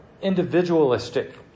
individualistic